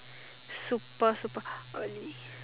super super early